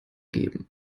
geben